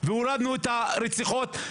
והורדנו את כמות הרציחות.